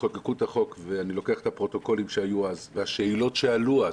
כשחוקקו את החוק ואני לוקח את הפרוטוקולים שהיו אז והשאלות שעלו אז,